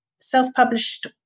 self-published